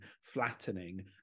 flattening